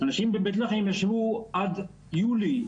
אנשים בבית לחם ישבו עד יולי,